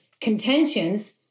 contentions